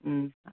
ꯎꯝ